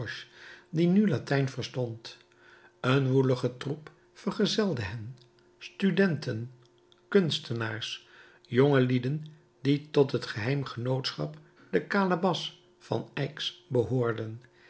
die nu latijn verstond een woelige troep vergezelde hen studenten kunstenaars jongelieden die tot het geheim genootschap de kalebas van aix behoorden